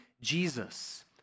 Jesus